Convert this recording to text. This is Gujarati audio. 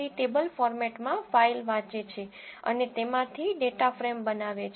csv ટેબલ ફોર્મેટમાં ફાઇલ વાંચે છે અને તેમાંથી ડેટા ફ્રેમ બનાવે છે